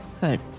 Good